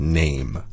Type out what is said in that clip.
name